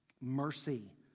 mercy